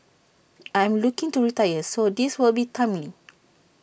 I am looking to retire so this will be timely